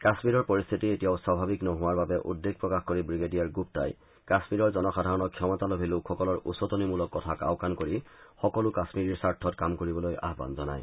কাশ্মীৰৰ পৰিস্থিতি এতিয়াও স্বাভাৱিক নোহোৱাৰ বাবে উদ্বেগ প্ৰকাশ কৰি ৱিগেদিয়াৰ গুপ্তাই কাশ্মীৰৰ জনসাধাৰণক ক্ষমতা লোভী লোকসকলৰ উচতনিমূলক কথাক আওকাণ কৰি সকলো কামীৰীৰস্বাৰ্থত কাম কৰিবলৈ আহান জনায়